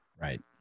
Right